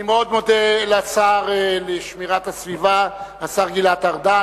אני מאוד מודה לשר לשמירת הסביבה, השר גלעד ארדן.